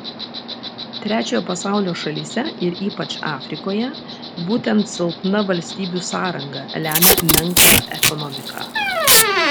trečiojo pasaulio šalyse ir ypač afrikoje būtent silpna valstybių sąranga lemia menką ekonomiką